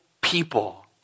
people